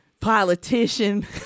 politician